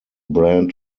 brand